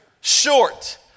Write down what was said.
short